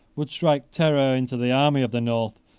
would strike terror into the army of the north,